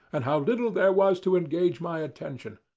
and how little there was to engage my attention.